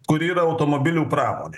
kuri yra automobilių pramonė